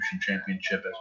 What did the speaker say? Championship